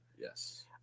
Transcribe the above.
Yes